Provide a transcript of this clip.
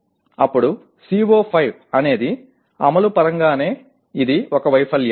అప్పుడు CO5 అనేది అమలు పరంగానే ఇది ఒక వైఫల్యం